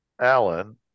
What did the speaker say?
Alan